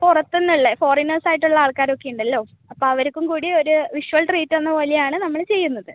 പുറത്തുന്ന് ഉള്ള ഫോറിനേഴ്സ് ആയിട്ടുള്ള ആൾക്കാർ ഒക്കെ ഉണ്ടല്ലോ അപ്പോൾ അവർക്കും കൂടി ഒരു വിഷ്വൽ ട്രീറ്റ് എന്ന പോലെയാണ് നമ്മൾ ചെയ്യുന്നത്